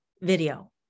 video